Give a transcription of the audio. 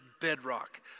bedrock